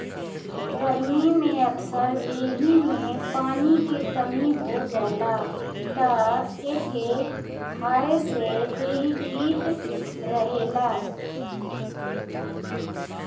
गरमी में अक्सर देहि में पानी के कमी हो जाला तअ एके खाए से देहि ठीक रहेला